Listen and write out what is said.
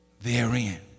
therein